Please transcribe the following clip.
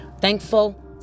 Thankful